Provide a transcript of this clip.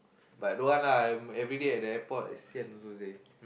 but don't want lah I'm everyday at the airport sian also say